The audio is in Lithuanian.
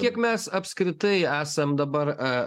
kiek mes apskritai esam dabar a